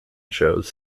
shows